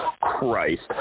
Christ